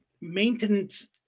maintenance